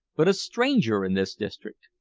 but a stranger in this district.